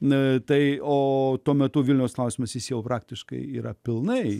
na tai o tuo metu vilniaus klausimas jis jau praktiškai yra pilnai